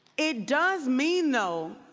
it does mean, though,